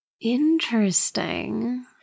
Interesting